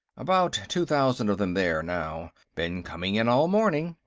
about two thousand of them there now been coming in all morning.